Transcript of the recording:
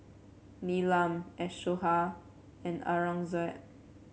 Neelam Ashoka and Aurangzeb